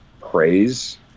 praise